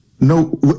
No